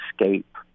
escape